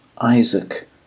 Isaac